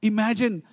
Imagine